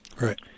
Right